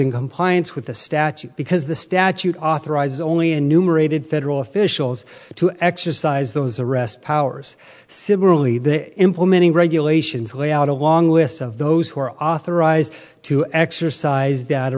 in compliance with the statute because the statute authorizes only enumerated federal officials to exercise those arrest powers similarly the implementing regulations lay out a long list of those who are authorized to exercise